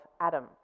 Adam